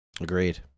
agreed